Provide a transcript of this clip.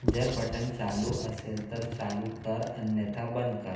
जर बटन चालू असेल तर चालू कर अन्यथा बंद कर